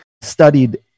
studied